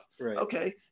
Okay